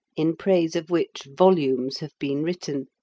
in praise of which volumes have been written,